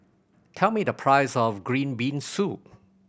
tell me the price of green bean soup